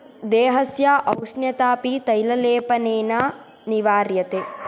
देहस्य औष्ण्यतापि तैललेपनेन निवार्यते